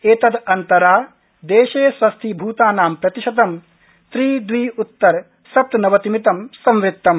एतदन्तरा देशे स्वस्थीभूतानां प्रतिशतं त्रि द्वि उत्तर सप्तनवतिमितं संवृत्तम्